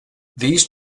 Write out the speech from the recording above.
these